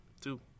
Two